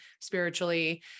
spiritually